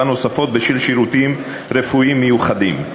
נוספות בשל שירותים רפואיים מיוחדים,